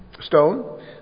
stone